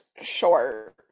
short